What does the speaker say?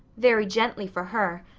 very gently for her,